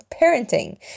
parenting